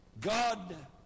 God